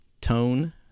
Tone